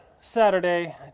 Saturday